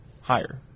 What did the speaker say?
higher